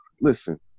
listen